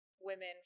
women